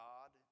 God